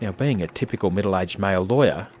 yeah being a typical middle-aged male lawyer,